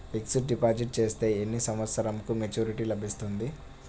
Fixed deposit చేస్తే ఎన్ని సంవత్సరంకు మెచూరిటీ లభిస్తుంది?